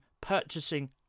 purchasing